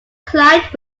client